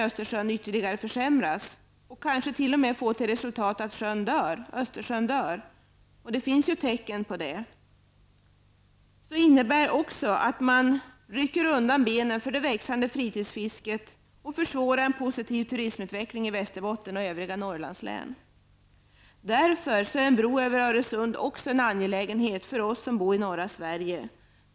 Östersjön ytterligare försämras och kanske t.o.m. får till resultat att Östersjön dör -- det finns tecken som tyder på det -- rycker man undan benen för det växande fritidsfisket och försvårar en positiv turismutveckling i Västerbotten och övriga Därför är en bro över Öresund en angelägenhet också för oss som bor i norra Sverige.